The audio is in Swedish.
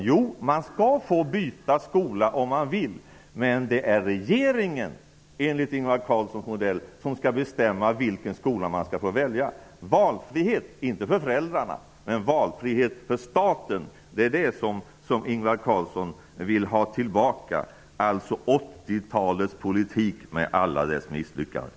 Jo, man skall få byta skola om man vill. Men det är regeringen, enligt Ingvar Carlssons modell, som skall bestämma vilken skola man skall få välja. Valfrihet -- inte för föräldrarna -- men valfrihet för staten är vad Ingvar Carlsson vill ha tillbaka, alltså 80-talets politik med alla dess misslyckanden.